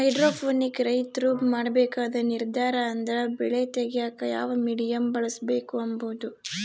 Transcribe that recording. hydroponic ರೈತ್ರು ಮಾಡ್ಬೇಕಾದ ನಿರ್ದಾರ ಅಂದ್ರ ಬೆಳೆ ತೆಗ್ಯೇಕ ಯಾವ ಮೀಡಿಯಮ್ ಬಳುಸ್ಬಕು ಅಂಬದು